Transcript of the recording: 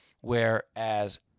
Whereas